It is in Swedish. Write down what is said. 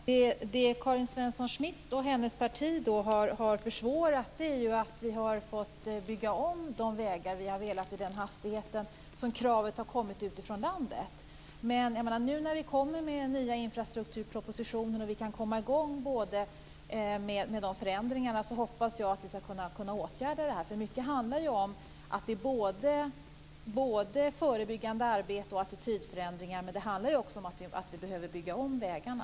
Fru talman! Det Karin Svensson Smith och hennes parti har försvårat är ombyggnaden av de vägar vi har velat bygga om i den takt som kravet har kommit utifrån landet. Men när vi nu kommer med den nya infrastrukturpropositionen och kan komma i gång med förändringarna, hoppas jag att vi ska kunna åtgärda det här. Mycket handlar det ju om både förebyggande arbete och attitydförändringar, men det handlar också om att vi behöver bygga om vägarna.